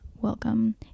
welcome